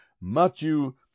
matthew